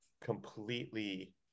completely